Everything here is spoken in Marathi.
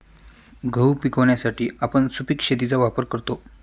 गहू पिकवण्यासाठी आपण सुपीक शेतीचा वापर करतो